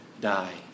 die